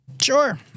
Sure